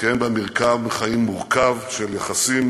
מתקיים בה מרקם חיים מורכב של יחסים